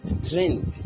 strength